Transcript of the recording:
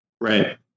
Right